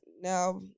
now